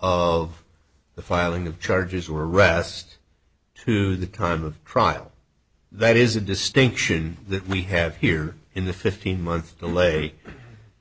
of the filing of charges or rest to the time of trial that is a distinction that we have here in the fifteen month delay